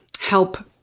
help